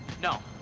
no.